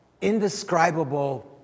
indescribable